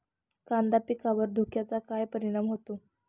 कांदा पिकावर धुक्याचा काय परिणाम होतो?